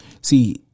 See